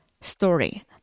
story